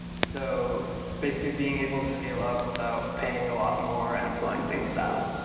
so basically, being able to scale up without paying a lot more and slowing things down.